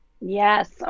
Yes